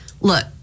look